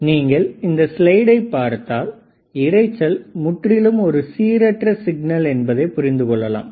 நீங்கள் இந்த ஸ்லைடை பார்த்தால் இரைச்சல் முற்றிலும் ஒரு சீரற்ற சிக்னல் என்பதை புரிந்து கொள்ளலாம்